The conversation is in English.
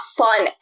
fun